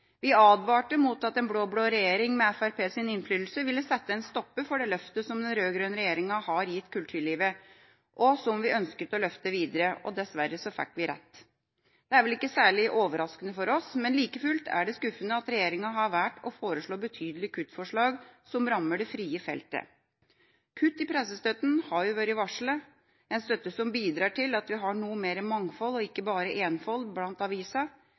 Vi advarte mot at en blå-blå regjering under Fremskrittspartiets innflytelse ville sette en stopper for det løftet som den rød-grønne regjeringa har gitt kulturlivet, og som vi ønsket å løfte videre. Dessverre fikk vi rett. Det er vel ikke særlig overraskende for oss, men like fullt er det skuffende at regjeringa har valgt å foreslå betydelige kutt som rammer det frie feltet. Kutt i pressestøtten har vært varslet, en støtte som bidrar til at vi har noe mer mangfold – og ikke bare enfold – blant